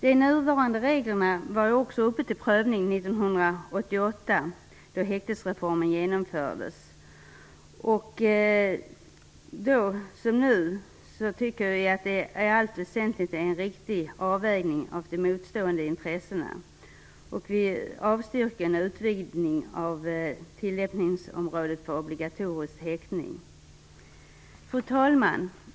De nuvarande reglerna var också föremål för prövning 1988, då häktningsreformen genomfördes. Då tyckte vi, liksom vi nu tycker, att det i allt väsentligt är en riktig avvägning av de motstående intressena. Vi avstyrker förslaget om en utvidgning av tillämpningsområdet för obligatorisk häktning. Fru talman!